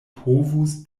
povus